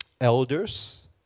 Elders